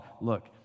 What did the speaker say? look